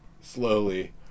slowly